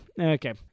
okay